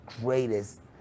greatest